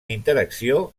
interacció